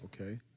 Okay